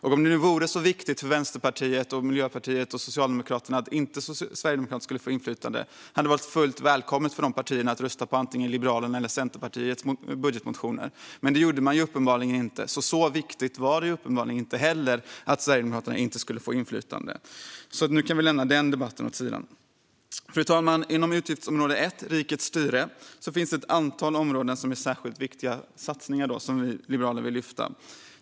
Om det nu vore så viktigt för Vänsterpartiet, Miljöpartiet och Socialdemokraterna att inte Sverigedemokraterna skulle få inflytande hade de partierna varit fullt välkomna att rösta på antingen Liberalernas eller Centerpartiets budgetmotion. Men det gjorde man inte. Så viktigt var det uppenbarligen inte att Sverigedemokraterna inte skulle få inflytande. Nu kan vi lämna den debatten åt sidan. Fru talman! Inom utgiftsområde 1 Rikets styrelse finns det ett antal områden där vi liberaler vill lyfta fram särskilt viktiga satsningar.